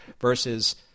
versus